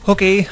Okay